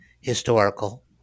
historical